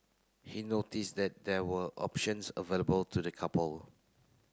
he notice that there were options available to the couple